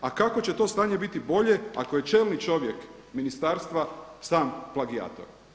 A kako će to stanje biti bolje ako je čelni čovjek ministarstva sam plagijator?